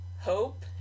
hope